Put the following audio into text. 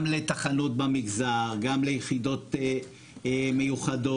גם לתחנות במגזר, גם ליחידות מיוחדות.